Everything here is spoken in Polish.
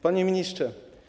Panie Ministrze!